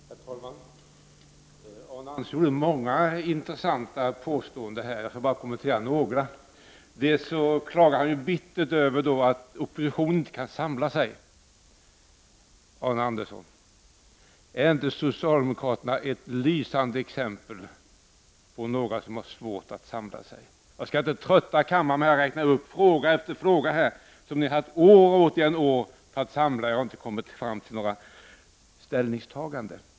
Herr talman! Arne Andersson i Gamleby gjorde här många intressanta påståenden. Jag skall bara kommentera några. Arne Andersson klagade bittert över att oppositionen inte kan samla sig. Är inte socialdemokraterna ett lysande exempel på några som har svårt att samla sig, Arne Andersson? Jag skall inte trötta kammaren med att här räkna upp fråga efter fråga som ni socialdemokrater haft år efter år på er att samla er kring utan att ni har kommit fram till några ställningstaganden.